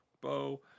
Bow